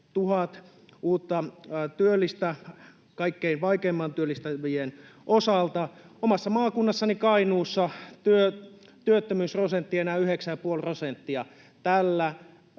uutta työllistä kaikkein vaikeimmin työllistyvien osalta. Omassa maakunnassani Kainuussa työttömyysprosentti on enää yhdeksän ja puoli